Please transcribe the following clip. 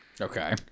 Okay